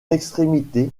extrémité